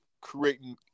creating